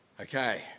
Okay